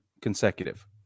consecutive